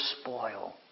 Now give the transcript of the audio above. spoil